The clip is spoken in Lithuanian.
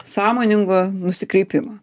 sąmoningo nusikreipimo